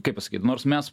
kaip pasakyt nors mes